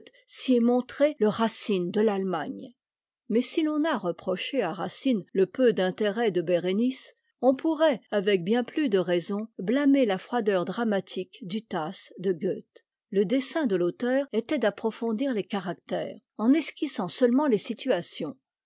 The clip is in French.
s'y est montré le racine de l'allemagne mais si l'on a reproché à racine le peu d'intérêt de bérénice on pourrait avec bien plus de raison blâmer la froideur dramatique du tasse de goethe le dessein de fauteur était d'approfondir les caractères en esquissant seulement les situations